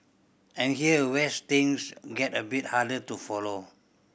and here where things get a bit harder to follow